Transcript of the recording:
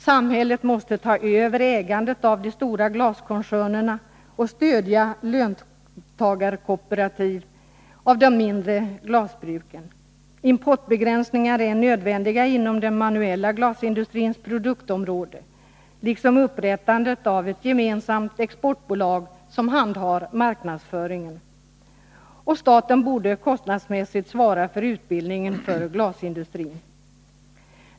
Samhället måste ta över ägandet av de stora glaskoncernerna och stödja löntagarkooperativ av de mindre glasbruken. Importbegränsningar är nödvändiga inom den manuella glasindustrins produktområde liksom upprättandet av ett gemensamt exportbolag som handhar marknadsföringen. Och staten borde kostnadsmässigt svara för utbildningen inom glasindustrin.